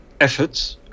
efforts